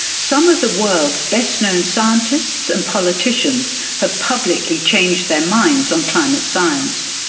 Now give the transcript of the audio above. some of the world's best known scientists and politicians have publically changed their minds on climate science.